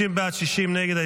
50 בעד, 60 נגד.